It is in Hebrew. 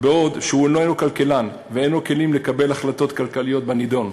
בעוד הוא איננו כלכלן ואין לו כלים לקבל החלטות כלכליות בנדון.